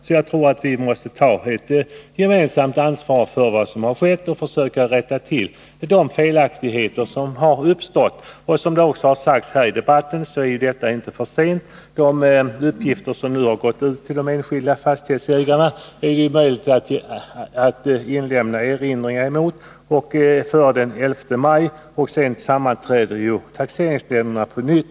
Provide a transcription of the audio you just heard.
Jag anser därför att vi måste ta ett gemensamt ansvar för vad som skett och försöka rätta till de felaktigheter som uppstått. Som det sagts i debatten är detta inte för sent. De uppgifter som nu gått ut till de enskilda fastighetsägarna kan dessa inlämna erinringar mot före den 11 maj. Sedan sammanträder taxeringsnämnderna på nytt.